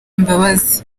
imbabazi